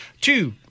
two